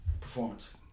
performance